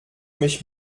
mich